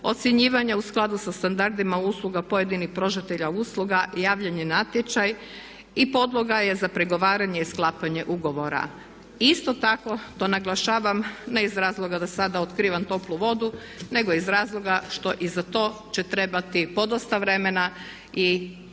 ocjenjivanja u skladu sa standardima usluga pojedinih pružatelja usluga, javljanje na natječaj i podloga je za pregovaranje i sklapanje ugovora. Isto tako, to naglašavam ne iz razloga da sada otkrivam toplu vodu, nego iz razloga što i za to će trebati podosta vremena i